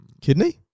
Kidney